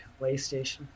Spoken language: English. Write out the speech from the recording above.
PlayStation